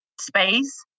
space